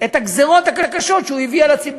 את הגזירות הקשות שהוא הביא על הציבור.